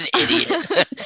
idiot